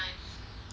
ya that [one] not bad